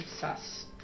suss